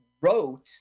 wrote